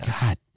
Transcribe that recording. God